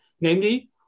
namely